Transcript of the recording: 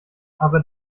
aber